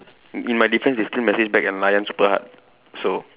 in my defense they still message back and layan super hard so